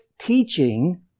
teaching